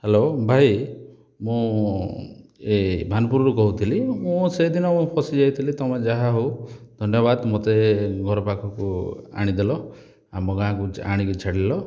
hello ଭାଇ ମୁଁ ୟେ ବାଣପୁରରୁ କହୁଥିଲି ମୁଁ ସେଦିନ ଫସିଯାଇଥିଲି ତମେ ଯାହା ହଉ ଧନ୍ୟବାଦ ମତେ ଘରପାଖକୁ ଆଣିଦେଲ ଆମ ଗାଁ କୁ ଆଣିକି ଛାଡ଼ିଲ